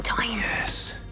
Yes